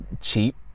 cheap